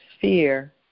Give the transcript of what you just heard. fear